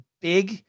big